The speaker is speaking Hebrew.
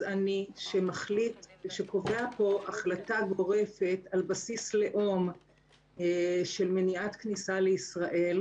גזעני שקובע פה החלטה גורפת על בסיס לאום של מניעת כניסה לישראל.